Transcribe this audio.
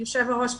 יושב-הראש,